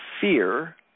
Fear